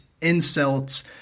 insults